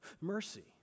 Mercy